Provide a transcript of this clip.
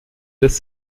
des